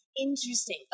Interesting